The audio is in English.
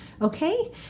okay